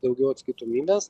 daugiau atskaitomybės